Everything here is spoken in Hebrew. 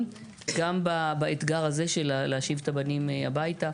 גם באתגר הזה של להחזיר את הבנים הביתה.